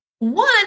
One